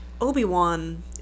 Obi-Wan